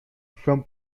from